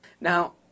Now